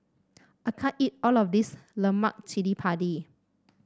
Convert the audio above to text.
I can't eat all of this Lemak Cili Padi